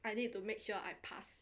I need to make sure I pass